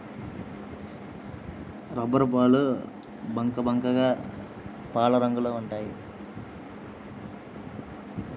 రబ్బరుపాలు బంకబంకగా పాలరంగులో ఉంటాయి